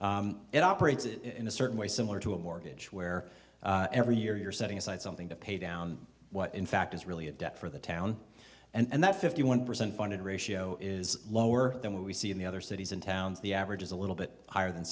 it operates in a certain way similar to a mortgage where every year you're setting aside something to pay down what in fact is really a debt for the town and that fifty one percent funded ratio is lower than what we see in the other cities and towns the average is a little bit higher than